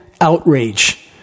outrage